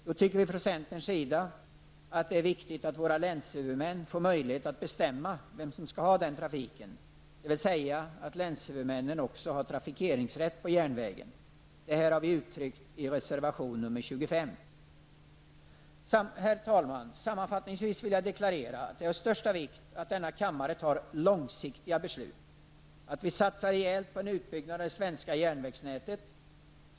Då tycker vi från centerns sida att det är viktigt att våra länshuvudmän får möjlighet att bestämma vem som skall ha den trafiken, dvs. att länshuvudmännen också har trafikeringsrätt på järnvägen. Detta har vi uttryckt i reservation nr 25. Herr talman! Sammanfattningsvis vill jag deklarera att det är av största vikt att denna kammare fattar långsiktiga beslut om att satsa rejält på en utbyggnad av det svenska järnvägsnätet.